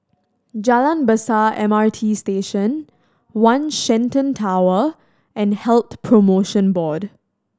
Jalan Besar M R T Station One Shenton Tower and Health Promotion Board